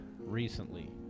Recently